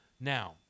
Now